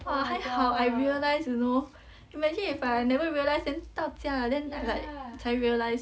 !wah! 还好 I realise you know imagine if I never realise then 到家了 then like 才 realise